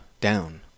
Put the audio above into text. down